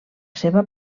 seva